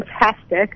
fantastic